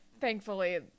thankfully